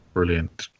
Brilliant